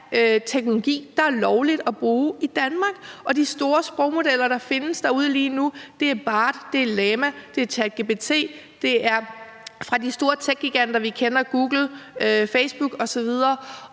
teknologi, der er lovligt at bruge i Danmark. Og de store sprogmodeller, der findes derude lige nu, er Bard, LaMDA, ChatGPT, og de kommer fra de store techgiganter, som vi kender, nemlig Google, Facebook osv.,